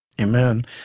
Amen